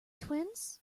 twins